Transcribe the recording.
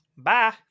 Bye